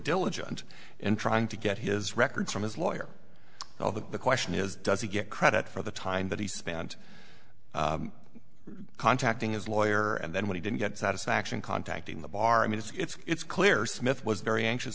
diligent in trying to get his records from his lawyer although the question is does he get credit for the time that he spent contacting his lawyer and then when he didn't get satisfaction contacting the bar i mean it's clear smith was very anxious